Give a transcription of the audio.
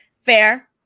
Fair